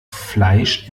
fleisch